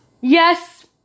Yes